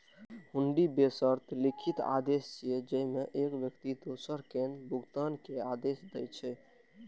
हुंडी बेशर्त लिखित आदेश छियै, जेइमे एक व्यक्ति दोसर कें भुगतान के आदेश दै छै